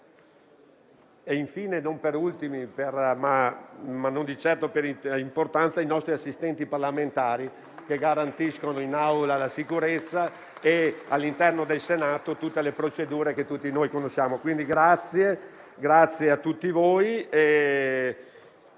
infine, non di certo ultimi per importanza, ai nostri assistenti parlamentari, che garantiscono in Aula la sicurezza e all'interno del Senato tutte le procedure che tutti noi conosciamo. Quindi grazie a tutti voi